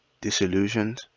disillusioned